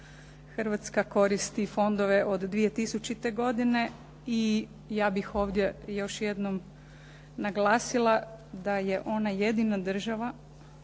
Hrvatska koristi fondove od 2000. godine i ja bih ovdje još jednom naglasila da je ona jedina država